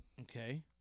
Okay